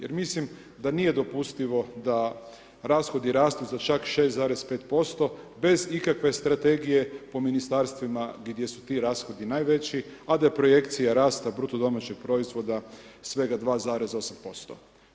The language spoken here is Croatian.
Jer mislim da nije dopustivo da rashodi rastu za čak 6,5% bez ikakve strategije po ministarstvima gdje su ti rashodi najveći a da je projekcija rasta BDP-a svega 2,8%